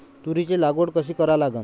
तुरीची लागवड कशी करा लागन?